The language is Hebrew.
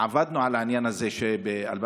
עבדנו על העניין הזה ב-2006,